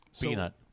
Peanut